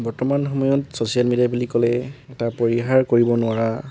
বৰ্তমান সময়ত social media বুলি ক'লে এটা পৰিহাৰ কৰিব নোৱাৰা